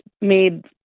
made